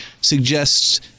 suggests